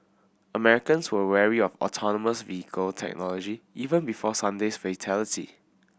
Americans were wary of autonomous vehicle technology even before Sunday's fatality